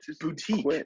boutique